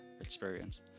experience